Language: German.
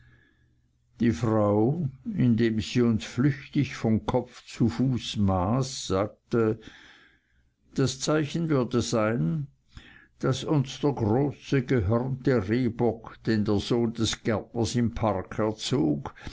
die frau indem sie uns flüchtig von kopf zu fuß maß sagte das zeichen würde sein daß uns der große gehörnte rehbock den der sohn des gärtners im park erzog